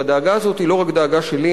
והדאגה הזאת היא לא רק דאגה שלי,